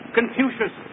Confucius